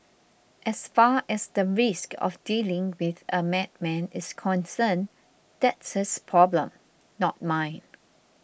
as far as the risk of dealing with a madman is concerned that's his problem not mine